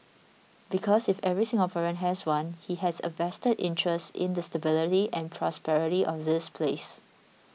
because if every Singaporean has one he has a vested interest in the stability and prosperity of this place